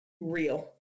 real